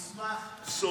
גנבת מסמך סודי.